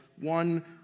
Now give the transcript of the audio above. one